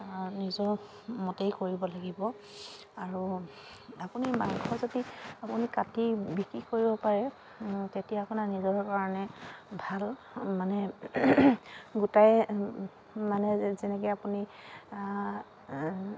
নিজৰ মতেই কৰিব লাগিব আৰু আপুনি মাংস যদি আপুনি কাটি বিক্ৰী কৰিব পাৰে তেতিয়া আপোনাৰ নিজৰ কাৰণে ভাল মানে গোটাই মানে যেনেকে আপুনি